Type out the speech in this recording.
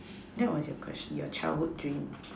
that was your question your childhood dream